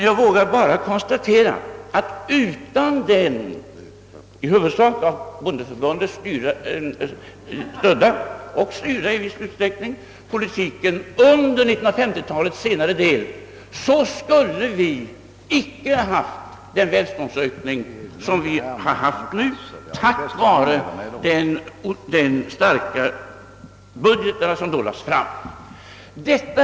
Jag vågar konstatera, att utan den av socialdemokratien i huvudsak styrda och av bondeförbundet stödda politiken under 1950-talets senare del med de starka budgetförslag, vi då lade fram, skulle vi icke ha fått uppleva den välståndsökning som vi nu har haft.